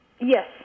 yes